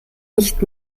nicht